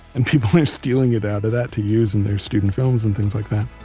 and people are stealing it out of that to use in their student films, and things like that.